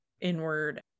inward